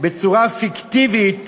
בצורה פיקטיבית